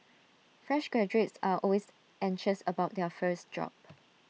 fresh graduates are always anxious about their first job